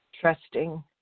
trusting